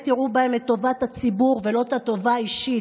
יראו בהם את טובת הציבור ולא את הטובה האישית.